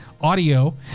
audio